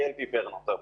(מוצגת